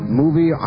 movie